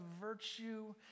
virtue